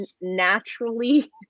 naturally